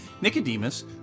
Nicodemus